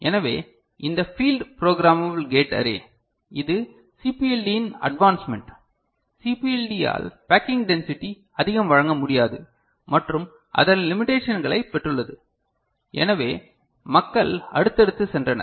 எனவே இந்த field programmable gate array இது சிபிஎல்டியின் அட்வான்ஸ்மென்ட் சிபிஎல்டியால் பேக்கிங் டென்சிட்டி அதிகம் வழங்க முடியாது மற்றும் அதன் லிமிடேஷன்களை பெற்றுள்ளது எனவே மக்கள் அடுத்ததற்கு சென்றனர்